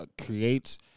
creates